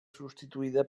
substituïda